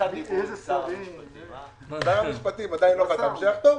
שר המשפטים עדין לא חתם שיחתום.